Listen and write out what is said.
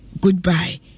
Goodbye